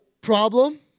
problem